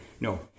No